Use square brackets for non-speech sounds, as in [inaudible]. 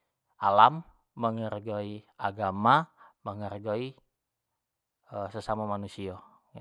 Alam, menghargoi agama, menghargoi [hesitation] sesamo manusio.